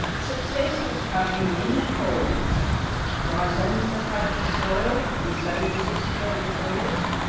success has come in many forms rhizomes that hug the soil and so resist herbivores,